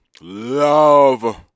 love